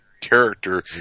character